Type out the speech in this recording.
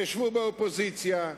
תשבו באופוזיציה,